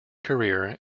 career